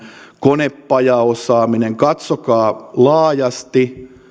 konepajaosaaminen katsokaa laajasti